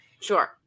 Sure